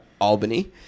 Albany